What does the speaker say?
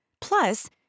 Plus